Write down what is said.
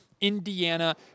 Indiana